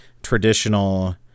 traditional